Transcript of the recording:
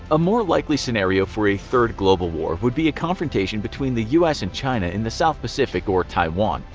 a more likely scenario for a third global war would be a confrontation between the us and china in the south pacific or taiwan.